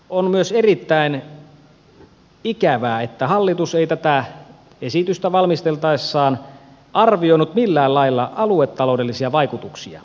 on myös erittäin ikävää että hallitus ei tätä esitystä valmistellessaan arvioinut millään lailla aluetaloudellisia vaikutuksia